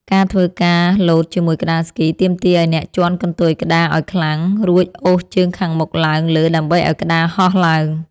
ការធ្វើការលោតជាមួយក្ដារស្គី ទាមទារឱ្យអ្នកជាន់កន្ទុយក្ដារឱ្យខ្លាំង រួចអូសជើងខាងមុខឡើងលើដើម្បីឱ្យក្ដារហោះឡើង។